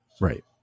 Right